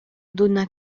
donna